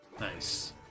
Nice